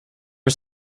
was